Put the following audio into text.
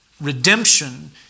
redemption